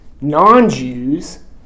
non-Jews